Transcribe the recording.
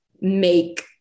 make